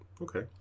Okay